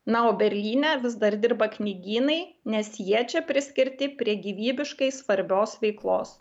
na o berlyne vis dar dirba knygynai nes jie čia priskirti prie gyvybiškai svarbios veiklos